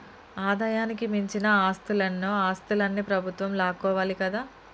ఆదాయానికి మించిన ఆస్తులన్నో ఆస్తులన్ని ప్రభుత్వం లాక్కోవాలి కదా